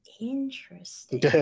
Interesting